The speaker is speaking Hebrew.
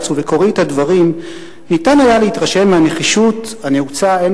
ובקוראי את הדברים ניתן היה להתרשם מהנחישות הנעוצה הן